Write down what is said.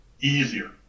easier